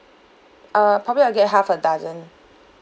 err probably I'll get half a dozen